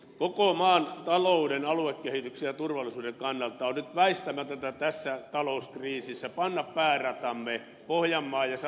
koko maan talouden aluekehityksen ja turvallisuuden kannalta on nyt väistämätöntä tässä talouskriisissä panna pääratamme pohjanmaan ja savon rata kuntoon